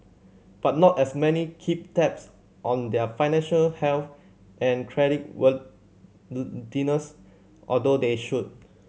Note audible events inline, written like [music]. but not as many keep tabs on their financial health and credit [unintelligible] although they should